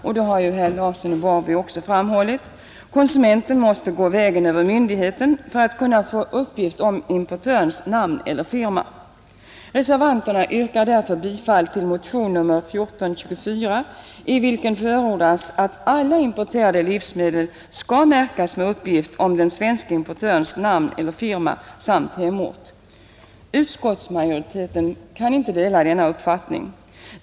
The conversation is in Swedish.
Detta har också herr Larsson i Borrby framhållit. Konsumenten måste gå vägen över myndigheten för att kunna få uppgift om importörens namn eller firma. Reservanterna yrkar därför bifall till motionen 1424, i vilken förordas att alla importerade livsmedel skall märkas med uppgift om den svenska importörens namn eller firma samt hemort. Utskottsmajoriteten kan inte dela denna uppfattning.